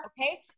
Okay